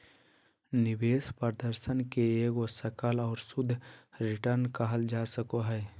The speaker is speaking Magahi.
निवेश प्रदर्शन के एगो सकल और शुद्ध रिटर्न कहल जा सको हय